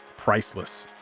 priceless.